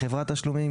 חברת תשלומים,